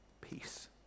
peace